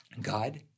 God